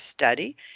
study